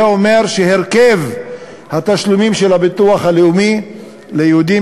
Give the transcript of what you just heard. זה אומר שהרכב התשלומים של הביטוח הלאומי ליהודים